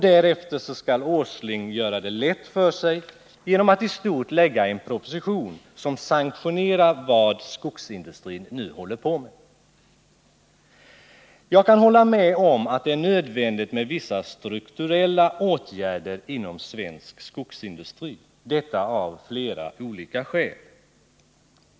Därefter skall Nils Åsling göra det lätt för sig genom att i stort sett bara framlägga en proposition som sanktionerar vad skogsindu strin nu håller på med. Jag kan hålla med om att det är nödvändigt med vissa strukturella åtgärder inom svensk skogsindustri — detta av flera olika skäl.